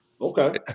Okay